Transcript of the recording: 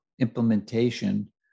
implementation